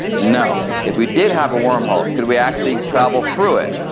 no. if we did have a wormhole could we actually travel through it?